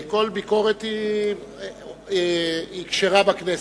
כל ביקורת כשרה בכנסת,